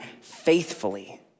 faithfully